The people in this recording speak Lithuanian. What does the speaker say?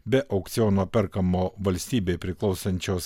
be aukciono perkamo valstybei priklausančios